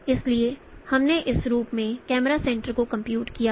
इसलिए हमने इस रूप में कैमरा सेंटर को कंप्यूट किया है